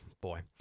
Boy